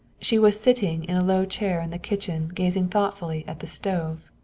she was sitting in a low chair in the kitchen gazing thoughtfully at the stove.